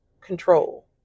control